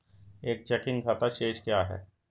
एक चेकिंग खाता शेष क्या है?